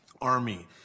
army